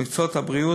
ובמקצועות הבריאות,